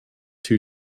two